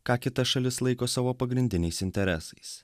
ką kita šalis laiko savo pagrindiniais interesais